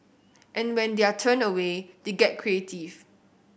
and when they are turned away they get creative